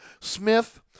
Smith